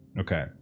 Okay